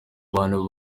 abantu